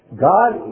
God